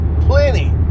plenty